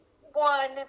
one